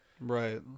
Right